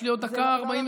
יש לי עוד דקה ו-46.